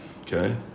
okay